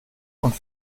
und